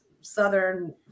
Southern